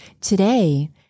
Today